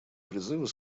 призывы